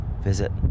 visit